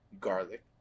garlic